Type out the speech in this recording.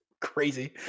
crazy